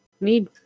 need